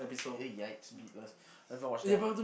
!ugh! !yikes! beatless I haven't watched that